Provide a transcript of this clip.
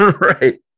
Right